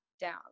down